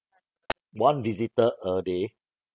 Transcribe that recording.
one visitor a day